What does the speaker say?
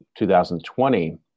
2020